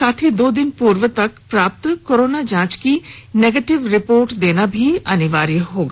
साथ ही दो दिन पूर्व तक प्राप्त कोरोना जांच की निगेटिव रिपोर्ट देना अनिवार्य होगा